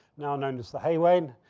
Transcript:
now known as the hay wain